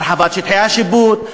הרחבת שטחי השיפוט,